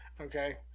Okay